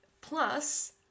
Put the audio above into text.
Plus